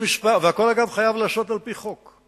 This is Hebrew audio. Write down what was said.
הכול, אגב, חייב להיעשות על-פי חוק.